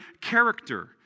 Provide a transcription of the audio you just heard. character